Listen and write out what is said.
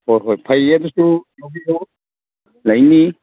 ꯍꯣꯏ ꯍꯣꯏ ꯐꯩꯌꯦ ꯑꯗꯨꯁꯨ ꯂꯧꯕꯤꯌꯨ ꯂꯩꯅꯤ